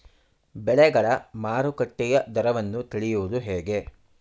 ಬೆಳೆಗಳ ಮಾರುಕಟ್ಟೆಯ ದರವನ್ನು ತಿಳಿಯುವುದು ಹೇಗೆ?